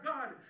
God